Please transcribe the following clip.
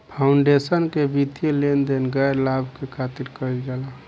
foundation के वित्तीय लेन देन गैर लाभ के खातिर कईल जाला